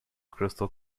crystal